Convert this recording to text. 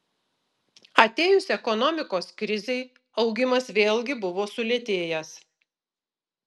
atėjus ekonomikos krizei augimas vėlgi buvo sulėtėjęs